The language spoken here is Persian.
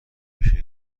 میشه